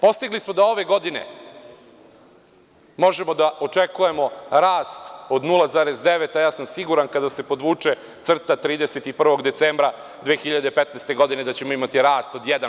Postigli smo da ove godine možemo da očekujemo rast od 0,9%, a ja sam siguran kada se podvuče crta 31. decembra 2015. godine, da ćemo imati rast od 1%